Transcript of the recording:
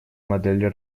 модели